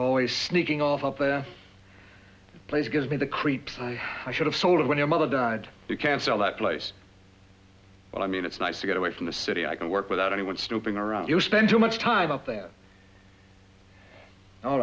always sneaking off up there place gives me the creeps i should have sold when your mother died you can't sell that place but i mean it's nice to get away from the city i can work without anyone snooping around you spend too much time out there all